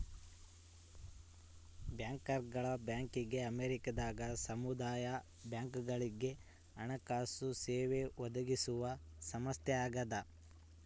ಬ್ಯಾಂಕರ್ಗಳ ಬ್ಯಾಂಕ್ ಅಮೇರಿಕದಾಗ ಸಮುದಾಯ ಬ್ಯಾಂಕ್ಗಳುಗೆ ಹಣಕಾಸು ಸೇವೆ ಒದಗಿಸುವ ಸಂಸ್ಥೆಯಾಗದ